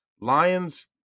Lions